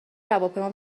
هواپیما